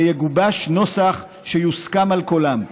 ויגובש נוסח שיוסכם על כולם,